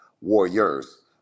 Warriors